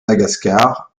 madagascar